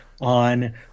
on